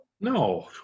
No